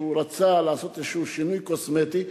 רצה לעשות איזה שינוי קוסמטי,